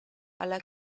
alla